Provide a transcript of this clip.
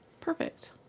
Perfect